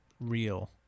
real